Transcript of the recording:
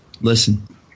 listen